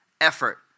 effort